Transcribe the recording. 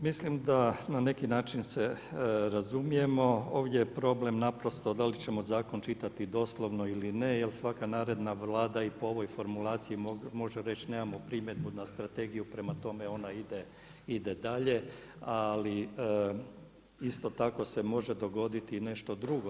Mislim da na neki način se razumijemo, ovdje je problem naprosto da li ćemo zakon čitati doslovno ili ne jer svaka naredna Vlada i po ovoj formulaciji može reći nemamo primjedbu na strategiju prema tome ona ide dalje, ali isto tako se može dogoditi nešto drugo.